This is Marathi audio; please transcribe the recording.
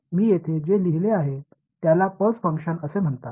मी येथे जे लिहिलेले आहे त्याला पल्स फंक्शन असे म्हणतात